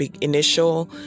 initial